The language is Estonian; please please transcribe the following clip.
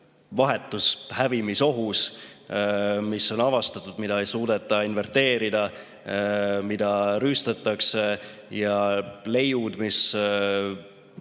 vahetus hävimisohus, mis on avastatud, mida ei suudeta inverteerida, mida rüüstatakse, ja leidusid, mis